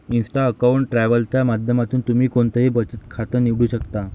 Insta account travel च्या माध्यमातून तुम्ही कोणतंही बचत खातं निवडू शकता